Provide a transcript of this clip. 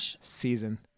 season